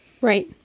right